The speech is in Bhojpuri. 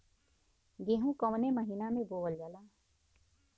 गेहूँ कवने महीना में बोवल जाला?